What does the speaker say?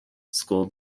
school